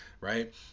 right